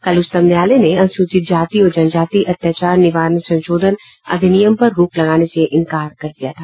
कल उच्चतम न्यायालय ने अनुसूचित जाति और जनजाति अत्याचार निवारण संशोधन अधिनियम पर रोक लगाने से इंकार कर दिया था